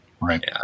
right